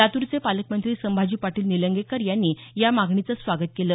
लातूरचे पालकमंत्री संभाजी पाटील निलंगेकर यांनी या मागणीचं स्वागत केलं